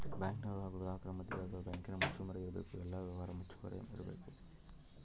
ಬ್ಯಾಂಕಿನರು ಹಾಗು ಗ್ರಾಹಕರ ಮದ್ಯದಗ ಬ್ಯಾಂಕಿನ ಮುಚ್ಚುಮರೆ ಇರಬೇಕು, ಎಲ್ಲ ವ್ಯವಹಾರ ಮುಚ್ಚುಮರೆ ಇರಬೇಕು